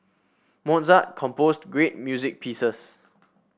Mozart composed great music pieces